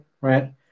right